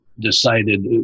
decided